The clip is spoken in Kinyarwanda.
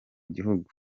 gihugu